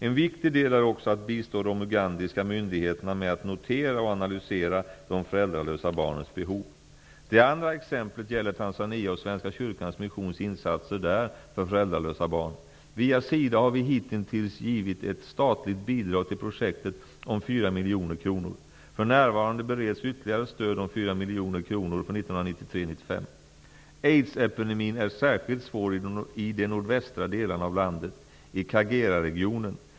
En viktig del är också att bistå de ugandiska myndigheterna med att notera och analysera de föräldralösa barnens behov. Det andra exemplet gäller Tanzania och Svenska Kyrkans Missions insatser där för föräldralösa barn. Via SIDA har vi hitintills givit ett statligt bidrag till projektet om 4 miljoner kronor. För närvarande bereds ytterligare stöd om 4 miljoner kronor för 1993--1995. Aidsepidemin är särskilt svår i de nordvästra delarna av landet, i Kageraregionen.